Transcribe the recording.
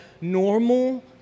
normal